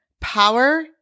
power